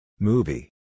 Movie